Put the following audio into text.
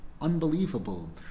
unbelievable